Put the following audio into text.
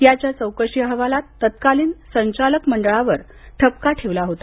याच्या चौकशी अहवालात तत्कालिन संचालक मंडळावरच ठपका ठेवला होता